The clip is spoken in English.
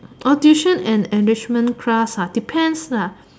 orh tuition and enrichment class ah depends lah